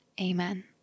Amen